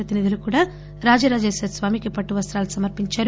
ప్రతినిధులు కూడా రాజరాజేశ్వరస్వామికి పట్లు వస్తాలు సమర్పించారు